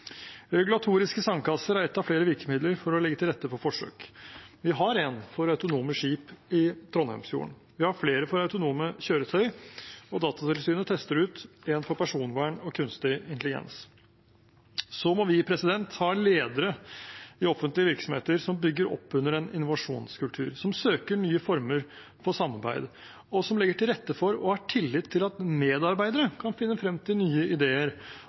Regulatoriske sandkasser er ett av flere virkemidler for å legge til rette for forsøk. Vi har én for autonome skip i Trondheimsfjorden, vi har flere for autonome kjøretøy, og Datatilsynet tester ut én for personvern og kunstig intelligens. Så må vi ha ledere i offentlige virksomheter som bygger opp under en innovasjonskultur, som søker nye former for samarbeid, og som legger til rette for og har tillit til at medarbeidere kan finne frem til nye ideer